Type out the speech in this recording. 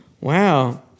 Wow